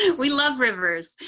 yeah we love rivers.